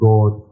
God